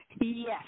Yes